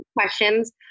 questions